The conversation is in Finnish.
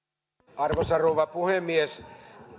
arvoisa rouva puhemies